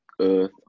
Earth